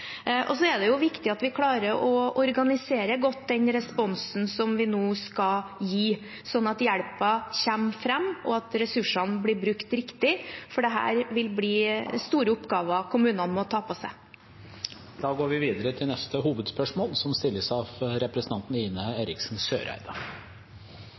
Og så er det viktig at vi klarer å organisere godt den responsen som vi nå skal gi, sånn at hjelpen kommer fram, og at ressursene blir brukt riktig, for det vil bli store oppgaver kommunene må ta på seg. Vi går videre til neste hovedspørsmål.